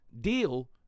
Deal